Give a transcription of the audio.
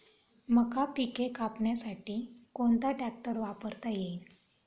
मका पिके कापण्यासाठी कोणता ट्रॅक्टर वापरता येईल?